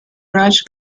raj